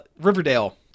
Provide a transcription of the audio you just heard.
Riverdale